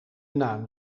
naam